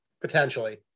potentially